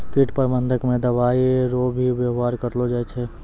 कीट प्रबंधक मे दवाइ रो भी वेवहार करलो जाय छै